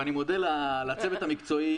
ואני מודה לצוות המקצועי